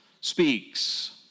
speaks